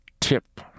tip